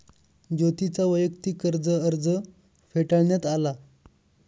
ज्योतीचा वैयक्तिक कर्ज अर्ज फेटाळण्यात आला